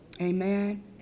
Amen